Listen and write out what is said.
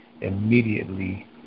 immediately